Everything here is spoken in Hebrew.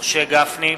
משה גפני,